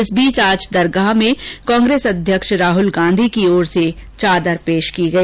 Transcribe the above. इस बीच आज दरगाह में कांग्रेस अध्यक्ष राहल गांधी की ओर से चादर पेश की गई